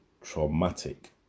traumatic